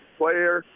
player